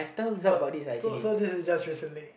but so so this is just recently